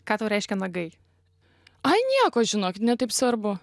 ką tau reiškia nagai ai nieko žinok ne taip svarbu